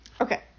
Okay